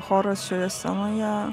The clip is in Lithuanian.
choras šioje scenoje